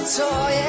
toy